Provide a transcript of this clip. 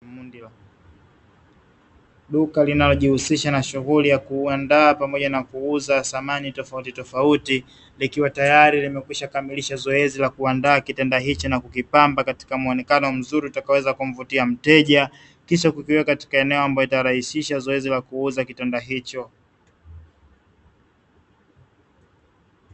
Duka linalojihusisha na shughuli ya kuandaa pamoja nakuuza samani tofauti tofauti, likiwa tayari limekwisha kamilisha zoezi la kuandaa kitanda hichi na kukipamba katika muonekano mzuri utakaoweza kumvutia mteja, kisha kukiweka katika eneo ambalo litarahisisha zoezi la kuuza kitanda hicho.